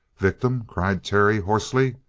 victim? cried terry hoarsely.